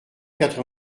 quatre